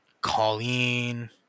Colleen